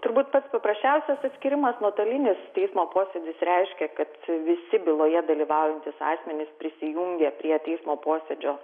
turbūt pats paprasčiausias atskyrimas nuotolinis teismo posėdis reiškia kad visi byloje dalyvaujantys asmenys prisijungia prie teismo posėdžio